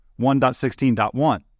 1.16.1